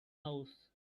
house